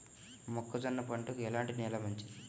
మొక్క జొన్న పంటకు ఎలాంటి నేల మంచిది?